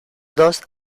dos